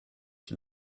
qui